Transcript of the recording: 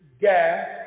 gas